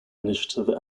initiative